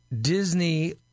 Disney